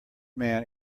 man